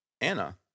Anna